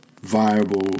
viable